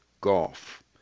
Golf